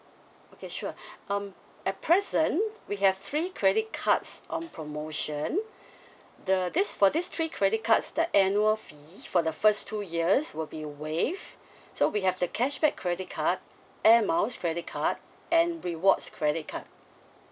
okay sure um at present we have three credit cards on promotion the this for this three credit cards the annual fee for the first two years will be waived so we have the cashback credit card air miles credit card and rewards credit card